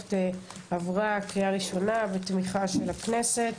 האיירסופט עברה קריאה ראשונה בתמיכה של הכנסת.